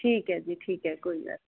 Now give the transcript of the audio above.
ਠੀਕ ਹੈ ਜੀ ਠੀਕ ਹੈ ਕੋਈ ਨਾ